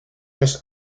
its